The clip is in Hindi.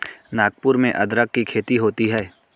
नागपुर में अदरक की खेती होती है